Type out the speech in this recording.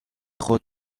خود